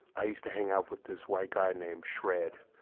i used to hang out with this white guy named shred.